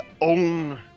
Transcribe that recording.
own